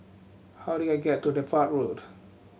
how do I get to Depot Road